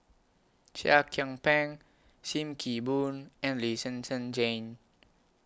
Seah Kian Peng SIM Kee Boon and Lee Zhen Zhen Jane